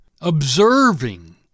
observing